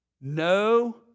No